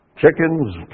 Chickens